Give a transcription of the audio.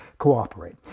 cooperate